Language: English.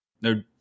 no